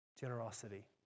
generosity